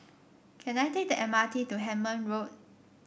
can I take the M R T to Hemmant Road